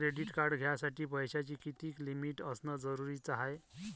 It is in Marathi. क्रेडिट कार्ड घ्यासाठी पैशाची कितीक लिमिट असनं जरुरीच हाय?